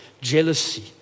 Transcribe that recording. jealousy